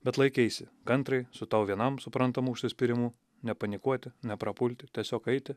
bet laikeisi kantriai su tau vienam suprantamu užsispyrimu nepanikuoti neprapulti tiesiog eiti